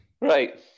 Right